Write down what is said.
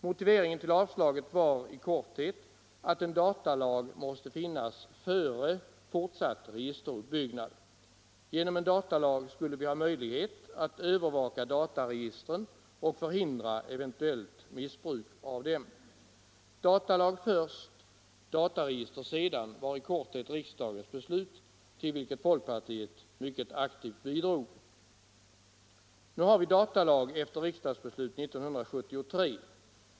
Motiveringen till avslaget var i korthet att en datalag måste finnas före fortsatt registeruppbyggnad. Genom en datalag skulle vi ha möjlighet att övervaka dataregistren och förhindra eventuellt missbruk av dem. Datalag först — dataregister sedan, det var i korthet riksdagens beslut, till vilket folkpartiet mycket aktivt bidrog. 153 Nu har vi en datalag efter riksdagsbeslut 1973.